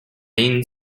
main